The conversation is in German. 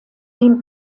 dem